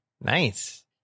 Nice